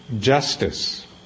justice